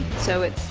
so it's,